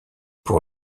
pour